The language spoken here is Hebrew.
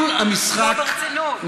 לא, ברצינות.